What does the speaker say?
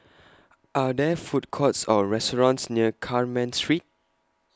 Are There Food Courts Or restaurants near Carmen Street